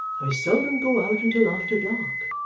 i seldom go out until after dark,